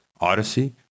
Odyssey